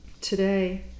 Today